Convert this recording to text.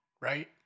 Right